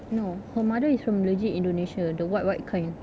no her mother is from legit indonesia the white white kind